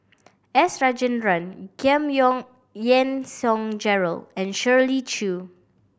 S Rajendran Giam Yean Song Gerald and Shirley Chew